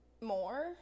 More